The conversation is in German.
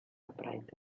verbreitet